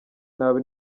nabi